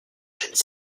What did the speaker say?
gènes